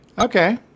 Okay